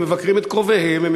נכון.